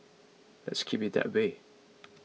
let's keep it that way